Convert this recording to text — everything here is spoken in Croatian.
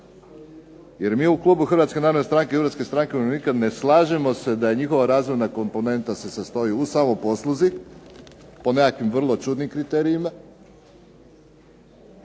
Jer mi u Klubu Hrvatske narodne stranke i Hrvatske stranke umirovljenika ne slažemo se da njihova razvojna komponenta se sastoji u samoposluzi, po nekakvim čudnim kriterijima,